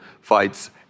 fights